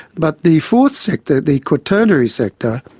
but the fourth sector, the quaternary sector,